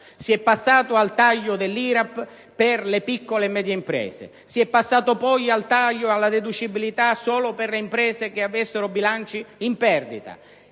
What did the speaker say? si è passati al taglio dell'IRAP per le piccole e medie imprese; si è passati poi alla deducibilità solo per le imprese che avessero bilanci in perdita;